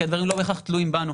כי הדברים לא בהכרח תלויים בנו.